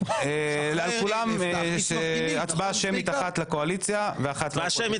על ארבעת החוקים האלה יש הצבעה שמית אחת לקואליציה ואחת לאופוזיציה.